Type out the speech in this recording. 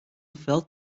felt